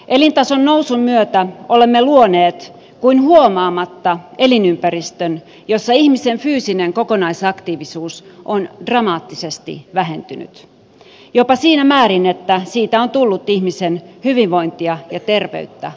elintason nousun myötä olemme luoneet kuin huomaamatta elinympäristön jossa ihmisen fyysinen kokonaisaktiivisuus on dramaattisesti vähentynyt jopa siinä määrin että siitä on tullut ihmisen hyvinvointia ja terveyttä uhkaava tekijä